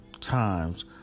times